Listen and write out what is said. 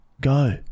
go